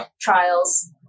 trials